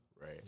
Right